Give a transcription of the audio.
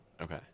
okay